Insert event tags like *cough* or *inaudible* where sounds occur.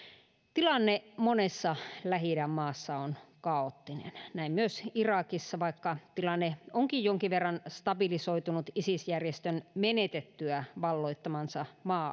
tilanne monessa lähi idän maassa on kaoottinen näin myös irakissa vaikka tilanne on jonkin verran stabilisoitunut isis järjestön menetettyä valloittamansa maa *unintelligible*